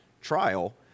trial